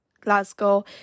Glasgow